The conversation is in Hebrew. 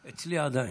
אצלי, עדיין.